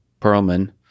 Perlman